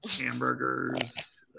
hamburgers